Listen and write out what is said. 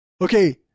Okay